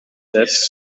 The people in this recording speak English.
debt